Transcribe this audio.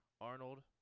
Arnold